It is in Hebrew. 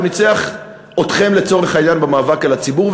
הוא ניצח אתכם לצורך העניין במאבק על הציבור,